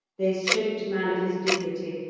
they stripped man of his dignity,